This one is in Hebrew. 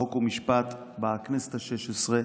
חוק ומשפט בכנסת השש-עשרה,